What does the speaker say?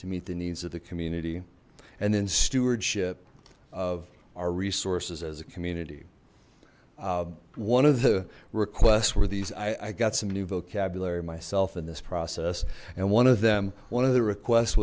to meet the needs of the community and then stewardship of our resources as a community one of the requests were these i got some new vocabulary myself in this process and one of them one of the request